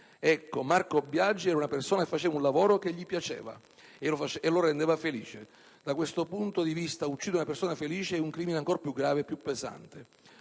Ecco, Marco Biagi era una persona che faceva un lavoro che gli piaceva e lo rendeva felice. Da questo punto di vista, uccidere una persona felice è un crimine ancor più grave e più pesante.